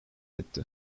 etti